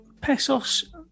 pesos